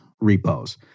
repos